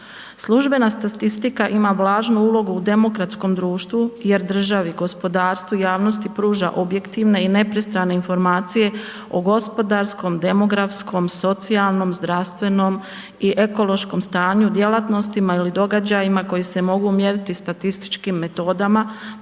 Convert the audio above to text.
Službena statistika ima važnu ulogu u demokratskom društvu jer državi, gospodarstvu, javnosti pruža objektivne i nepristrane informacije o gospodarskom, demografskom, socijalnom, zdravstvenom i ekološkom stanju, djelatnostima ili događajima koji se mogu mjeriti statističkim metodama